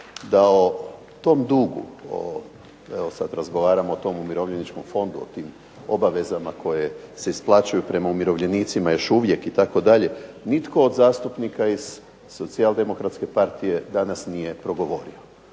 da o tom dugu, evo sad razgovaramo o tom Umirovljeničkom fondu, o tim obavezama koje se isplaćuju prema umirovljenicima još uvijek itd. Nitko od zastupnika iz Socijaldemokratske partije danas nije progovorio.